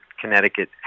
Connecticut